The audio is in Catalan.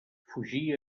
fugir